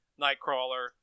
Nightcrawler